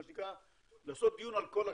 מה שנקרא לעשות דיון על כל השאר,